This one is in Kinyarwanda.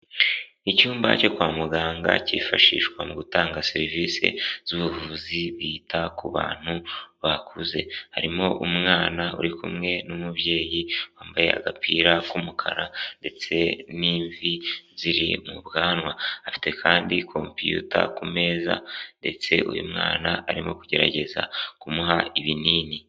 Icyumba cyo kwa muganga kifashishwa mu gutanga serivise z'ubuvuzi, bita ku bantu bakuze, harimo umwana uri kumwe n'umubyeyi wambaye agapira k'umukara ndetse n'imvi ziri mu bwanwa, afite kandi kompuyuta ku meza ndetse uyu mwana arimo kugerageza kumuha ibinini.